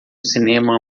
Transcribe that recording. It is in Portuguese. cinema